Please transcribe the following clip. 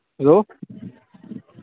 hello